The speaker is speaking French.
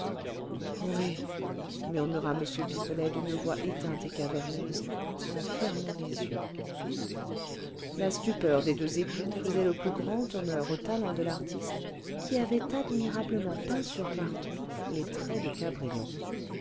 murmura m pipelet d'une voix éteinte et caverneuse en fermant les yeux la stupeur des deux époux faisait le plus grand honneur au talent de l'artiste qui avait admirablement peint sur carton les traits de cabrion